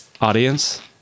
audience